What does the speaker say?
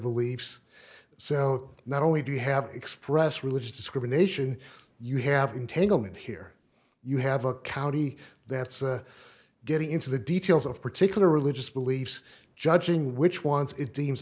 beliefs so not only do you have expressed religious discrimination you have integument here you have a county that's getting into the details of particular religious beliefs judging which ones it deems